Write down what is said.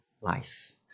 life